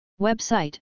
Website